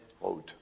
road